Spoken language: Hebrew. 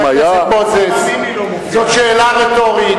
חבר הכנסת מוזס, זו היתה שאלה רטורית.